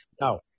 No